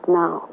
now